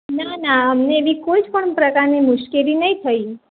ના ના અમને એવી કોઈ જ પણ પ્રકારની મુશ્કેલી નથી થઈ